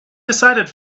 decided